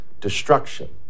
destruction